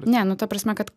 ne nu ta prasme kad